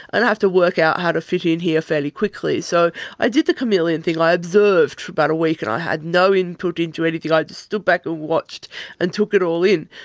i'll have to work out how to fit in here fairly quickly. so i did the chameleon thing, i observed for about a week, and i had no input into anything, i just stood back and watched and took it all in.